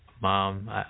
Mom